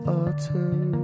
autumn